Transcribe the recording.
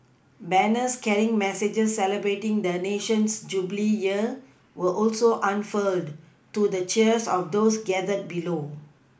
banners carrying messages celebrating the nation's Jubilee year were also unfurled to the cheers of those gathered below